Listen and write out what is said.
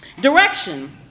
Direction